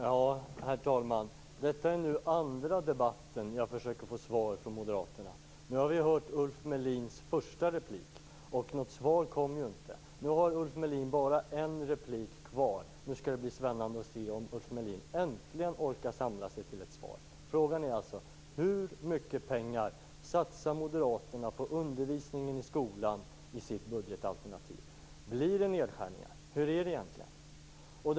Herr talman! Detta är nu den andra debatten i vilken jag försöker få svar från moderaterna. Nu har vi hört Ulf Melins första replik, och något svar kom inte. Nu har Ulf Melin bara en replik kvar. Nu skall det bli spännande att höra om Ulf Melin äntligen orkar samla sig till ett svar. Frågan är alltså: Hur mycket pengar satsar moderaterna i sitt budgetalternativ på undervisningen i skolan? Blir det nedskärningar? Hur är det egentligen med det?